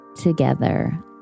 together